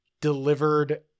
delivered